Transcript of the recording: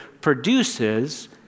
produces